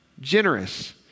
Generous